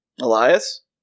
Elias